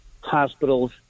hospitals